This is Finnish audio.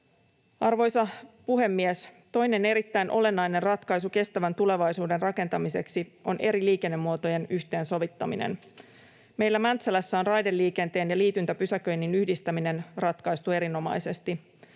Arvoisa puhemies! Toinen erittäin olennainen ratkaisu kestävän tulevaisuuden rakentamiseksi on eri liikennemuotojen yhteensovittaminen. Meillä Mäntsälässä on raideliikenteen ja liityntäpysäköinnin yhdistäminen ratkaistu erinomaisesti.